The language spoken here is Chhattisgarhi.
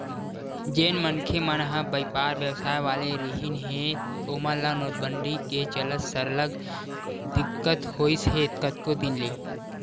जेन मनखे मन ह बइपार बेवसाय वाले रिहिन हे ओमन ल नोटबंदी के चलत सरलग दिक्कत होइस हे कतको दिन ले